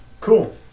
Cool